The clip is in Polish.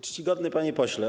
Czcigodny Panie Pośle!